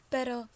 Pero